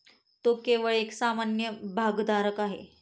तो केवळ एक सामान्य भागधारक आहे